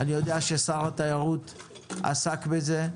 אני יודע ששר התיירות עסק בזה.